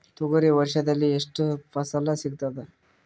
ತೊಗರಿ ವರ್ಷದಲ್ಲಿ ಎಷ್ಟು ಫಸಲ ಸಿಗತದ?